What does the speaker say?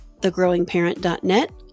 thegrowingparent.net